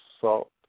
Salt